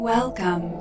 Welcome